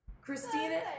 Christina